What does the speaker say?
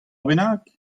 bennak